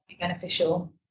beneficial